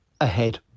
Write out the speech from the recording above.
ahead